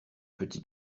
petit